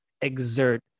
exert